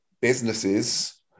businesses